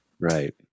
Right